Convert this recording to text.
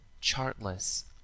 chartless